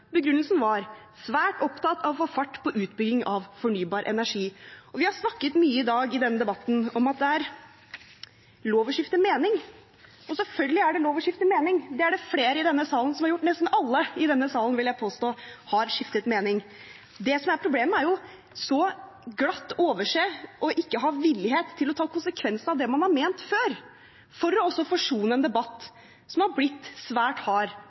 Begrunnelsen var at han var «svært opptatt av å få fart på utbyggingen av fornybar energi». Vi har snakket mye debatten i dag i om at det er lov å skifte mening. Selvfølgelig er det lov å skifte mening. Det er det flere i denne salen som har gjort – nesten alle i denne salen, vil jeg påstå, har skiftet mening. Det som er problemet, er så glatt å overse og ikke ha villighet til å ta konsekvensene av det man har ment før, for også å forsone i en debatt som har blitt svært hard